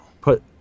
put